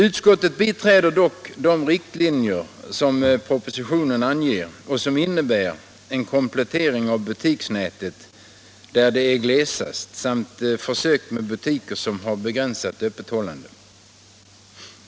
Utskottet biträder dock de riktlinjer som propositionen anger och som innebär en komplettering av butiksnätet där det är glesast samt försök med butiker som har begränsat öppethållande.